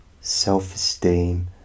self-esteem